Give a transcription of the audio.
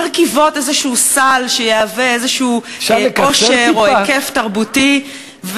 מרכיבות איזה סל שיהווה איזה עושר או היקף תרבותי.